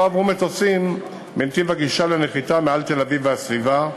עברו מטוסים בנתיב הגישה לנחיתה מעל תל-אביב והסביבה,